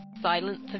silence